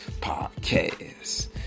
podcast